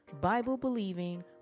Bible-believing